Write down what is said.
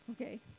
Okay